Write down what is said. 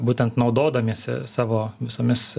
būtent naudodamiesi savo visomis